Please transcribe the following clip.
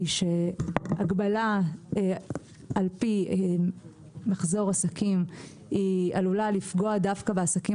שהגבלה לפי מחזור עסקים עלולה לפגוע דווקא בעסקים